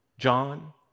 John